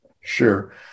Sure